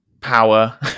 power